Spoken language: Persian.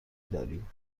داریم